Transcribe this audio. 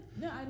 No